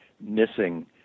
missing